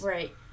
Right